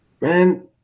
Man